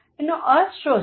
તેનો અર્થ શો છે